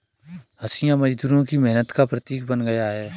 हँसिया मजदूरों की मेहनत का प्रतीक बन गया है